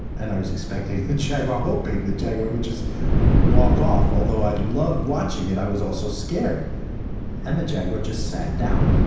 and i was expecting the jaguar hoping the jaguar would just walk off. although i loved watching it, i was also scared and the jaguar just sat down.